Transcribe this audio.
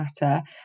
matter